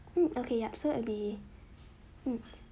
hmm okay yup so it'll be mm